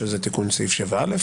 שזה תיקון סעיף 7(א),